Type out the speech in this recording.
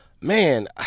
Man